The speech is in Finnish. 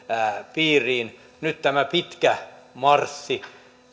piiriin nyt tämä pitkä marssi